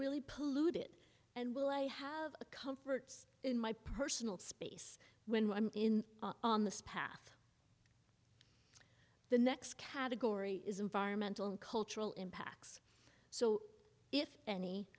really polluted and will i have a comforts in my personal space when i'm in on this path the next category is environmental and cultural impacts so if any